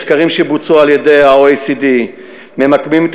מחקרים שבוצעו על-ידי ה-OECD ממקמים את